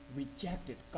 rejected